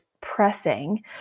pressing